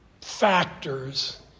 factors